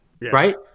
Right